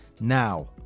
now